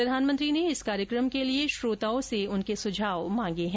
प्रधानमंत्री ने इस कार्यक्रम के लिए श्रोताओं के सुझाव मांगे हैं